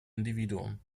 individuum